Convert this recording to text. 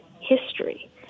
history